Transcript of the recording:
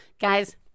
Guys